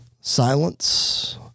Silence